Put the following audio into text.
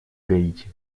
гаити